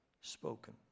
spoken